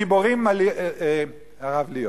גיבורים על הרב ליאור.